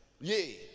yay